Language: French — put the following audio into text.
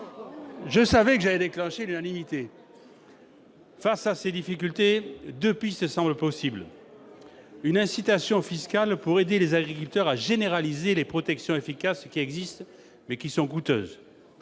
Je savais que je ferais l'unanimité. Face à ces difficultés, deux pistes semblent possibles : une incitation fiscale pour aider les agriculteurs à généraliser les protections efficaces qui existent, mais qui sont coûteuses